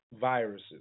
viruses